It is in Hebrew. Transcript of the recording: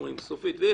סופית - יש